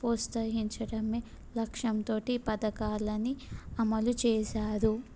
ప్రోత్సహించడం లక్ష్యంతో పథకాలని అమలు చేశారు